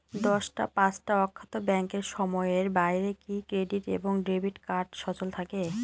দশটা পাঁচটা অর্থ্যাত ব্যাংকের সময়ের বাইরে কি ক্রেডিট এবং ডেবিট কার্ড সচল থাকে?